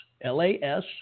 l-a-s